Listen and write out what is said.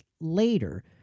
later